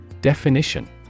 Definition